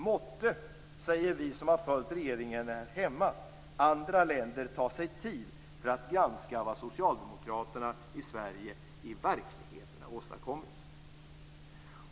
Måtte, säger vi som har följt regeringen här hemma, andra länder ta sig tid att granska vad socialdemokraterna i Sverige i verkligheten åstadkommit!